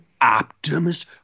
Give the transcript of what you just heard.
optimus